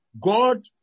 God